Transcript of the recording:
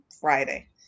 Friday